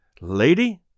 Lady